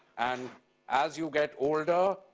and as you get older,